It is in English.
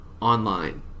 Online